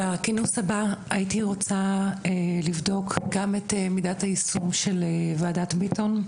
בכינוס הבא הייתי רוצה לבדוק גם את מידת היישום של וועדת ביטון,